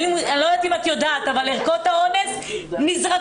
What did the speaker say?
אני לא יודעת אם את יודעת אבל ערכות האונס נזרקות.